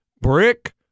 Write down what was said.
brick